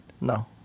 No